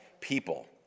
people